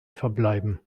verbleiben